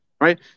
right